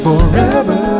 Forever